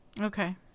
okay